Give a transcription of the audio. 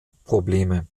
probleme